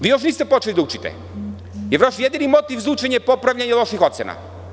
Vi još niste počeli da učite, jer vaš jedini motiv za učenje je popravljanje loših ocena.